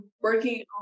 working